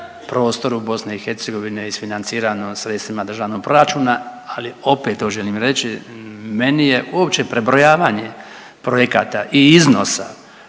prostoru BiH isfinancirano sredstvima državnog proračuna, ali opet to želim reći, meni je uopće prebrojavanje projekata i iznosa